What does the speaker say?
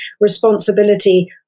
responsibility